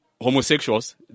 homosexuals